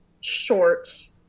short